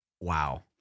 Wow